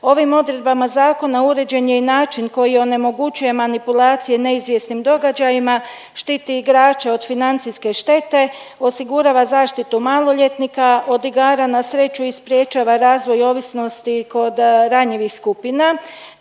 Ovim odredbama zakona uređen je i način koji onemogućuje manipulacije neizvjesnim događajima, štiti igrače od financijske štete, osigurava zaštitu maloljetnika od igara na sreću i sprječava razvoj ovisnosti kod ranjivih skupina